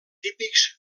típics